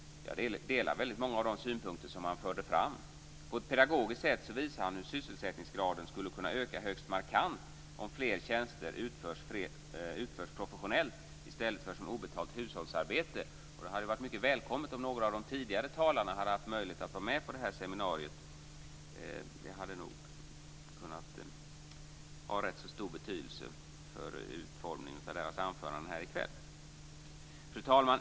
Jag delar väldigt många av de synpunkter han förde fram. På ett pedagogiskt sätt visade han hur sysselsättningsgraden skulle kunna öka högst markant om fler tjänster utförs professionellt i stället för som obetalt hushållsarbete. Det hade varit mycket välkommet om några av de tidigare talarna hade haft möjlighet att vara med på detta seminarium. Det hade nog kunnat ha rätt stor betydelse för utformningen av deras anföranden här i kväll. Fru talman!